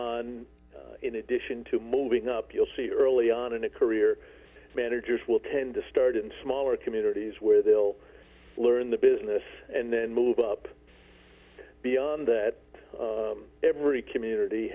on in addition to moving up you'll see early on in a career managers will tend to start in smaller communities where they will learn the business and then move up beyond that every community